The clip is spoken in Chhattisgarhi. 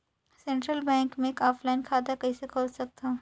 सेंट्रल बैंक मे ऑफलाइन खाता कइसे खोल सकथव?